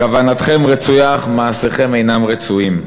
כוונתכם רצויה אך מעשיכם אינם רצויים.